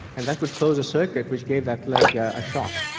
and that would close a circuit which gave that leg a shock.